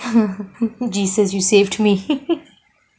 jesus you saved me